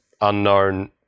unknown